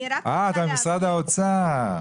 תציג את עצמך.